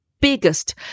biggest